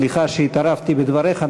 סליחה שהתערבתי בדבריך.